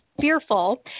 fearful